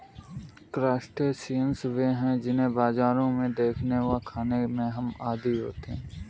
crustaceans वे हैं जिन्हें बाजारों में देखने और खाने के हम आदी होते हैं